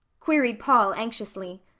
queried paul anxiously.